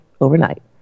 overnight